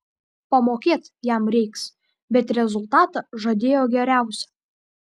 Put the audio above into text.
pamokėt jam reiks bet rezultatą žadėjo geriausią